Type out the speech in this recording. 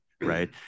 right